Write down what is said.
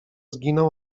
zginął